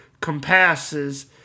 compasses